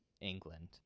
England